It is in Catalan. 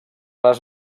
les